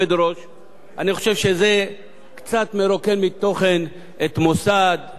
אני חושב שזה קצת מרוקן מתוכן את מוסד האי-אמון.